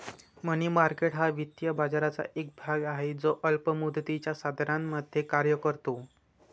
मनी market हा वित्तीय बाजाराचा एक भाग आहे जो अल्प मुदतीच्या साधनांमध्ये कार्य करतो